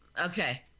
Okay